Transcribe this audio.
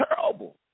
Terrible